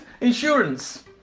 insurance